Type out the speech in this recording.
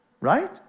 right